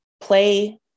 play